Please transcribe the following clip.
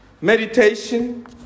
meditation